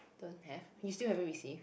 don't have you still haven't receive